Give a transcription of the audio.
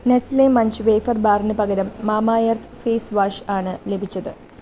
Nestlé Munch wafer ബാറിന് പകരം Mamaearth face wash ആണ് ലഭിച്ചത്